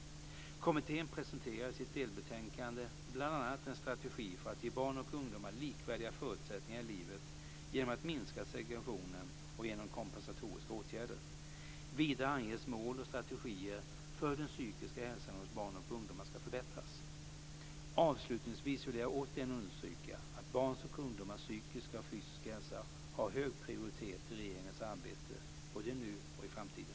Kommittén presenterar i sitt delbetänkande bl.a. en strategi för att ge barn och ungdomar likvärdiga förutsättningar i livet genom att minska segregationen och genom kompensatoriska åtgärder. Vidare anges mål och strategier för hur den psykiska hälsan hos barn och ungdomar ska förbättras. Avslutningsvis vill jag återigen understryka att barns och ungdomars psykiska och fysiska hälsa har hög prioritet i regeringens arbete, både nu och i framtiden.